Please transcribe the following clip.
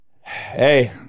Hey